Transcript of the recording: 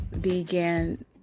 began